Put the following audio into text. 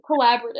collaborative